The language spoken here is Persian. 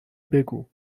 بگو